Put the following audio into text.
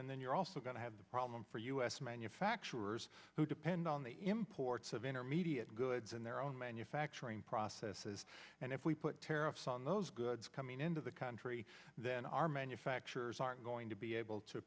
and then you're also going to have a problem for us manufacturers who depend on the imports of intermediate goods and their own manufacturing processes and if we put tariffs on those goods coming into the country then our manufacturers aren't going to be able to